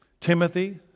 Timothy